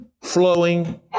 flowing